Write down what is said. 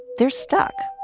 they're stuck